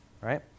Right